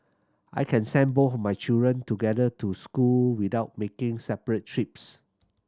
I can send both my children together to school without making separate trips